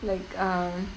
like err